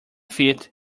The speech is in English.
fit